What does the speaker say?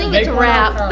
ah a wrap.